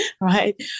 right